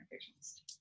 patients